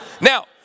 Now